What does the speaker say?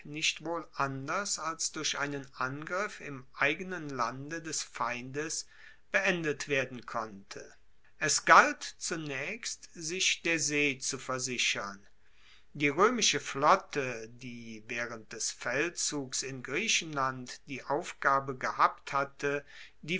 nicht wohl anders als durch einen angriff im eigenen lande des feindes beendet werden konnte es galt zunaechst sich der see zu versichern die roemische flotte die waehrend des feldzugs in griechenland die aufgabe gehabt hatte